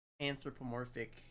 anthropomorphic